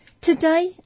Today